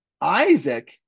Isaac